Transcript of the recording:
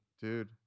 Dude